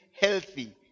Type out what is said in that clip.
healthy